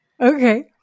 Okay